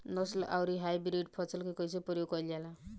नस्ल आउर हाइब्रिड फसल के कइसे प्रयोग कइल जाला?